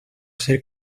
ser